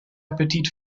appetit